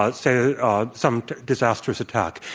ah say ah some disastrous attack.